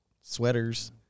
sweaters